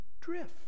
drift